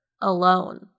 alone